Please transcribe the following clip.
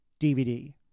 DVD